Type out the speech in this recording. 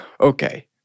okay